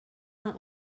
not